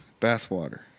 bathwater